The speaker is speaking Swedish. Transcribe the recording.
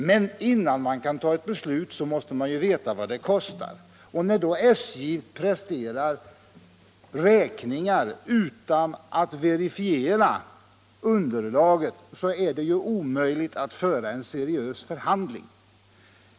Men innan man kan ta ett beslut måste man ju veta vad det kostar. När då SJ presenterar räkningar utan att verifiera underlaget så är det omöjligt att föra en seriös förhandling.